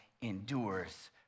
endures